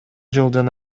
жылдын